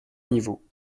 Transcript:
niveaux